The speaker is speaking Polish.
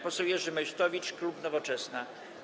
Poseł Jerzy Meysztowicz, klub Nowoczesna.